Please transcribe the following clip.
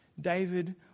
David